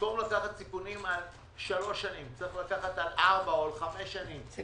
במקום לקחת סיכונים על שלוש שנים צריך לקחת על ארבע או חמש שנים - זה